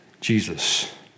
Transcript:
Jesus